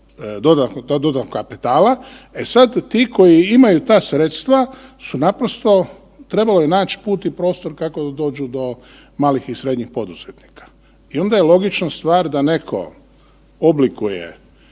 dodatnog kapitala. E sad, ti koji imaju ta sredstva su naprosto, trebalo je nać put i prostor kako da dođu do malih i srednjih poduzetnika. I onda je logično stvar da neko oblikuje